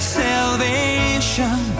salvation